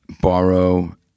borrow